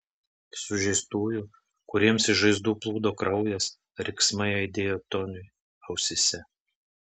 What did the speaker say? sužeistųjų kuriems iš žaizdų plūdo kraujas riksmai aidėjo toniui ausyse